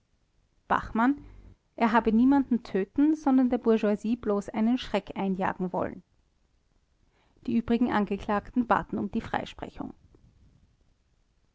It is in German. bachmann er habe niemanden töten sondern der bourgeoisie bloß einen schreck einjagen wollen die übrigen angeklagten baten um freisprechung